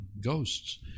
Ghosts